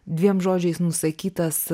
dviem žodžiais nusakytas